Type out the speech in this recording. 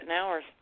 hours